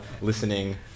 listening